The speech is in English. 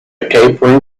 tapering